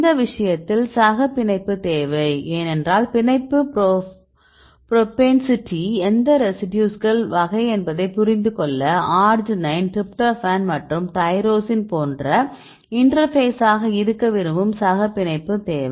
இந்த விஷயத்தில் சகப்பிணைப்பு தேவை ஏனென்றால் பிணைப்பு புரோபென்சிடி எந்த ரெசிடியூஸ்கள் வகை என்பதை புரிந்துகொள்ள அர்ஜினைன் டிரிப்டோபான் மற்றும் தைரோசின் போன்ற இன்டர்பேசாக இருக்க விரும்பும் சகப்பிணைப்பு தேவை